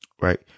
Right